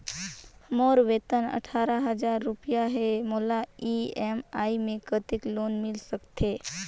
मोर वेतन अट्ठारह हजार रुपिया हे मोला ई.एम.आई मे कतेक लोन मिल सकथे?